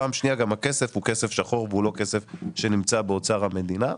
פעם שנייה גם הכסף הוא כסף שחור והוא לא כסף שנמצא באוצר המדינה.